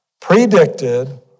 predicted